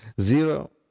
Zero